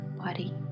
body